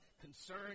concern